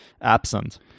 absent